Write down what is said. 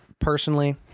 personally